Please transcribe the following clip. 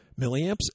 milliamps